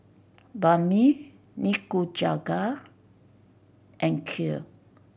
Banh Mi Nikujaga and Kheer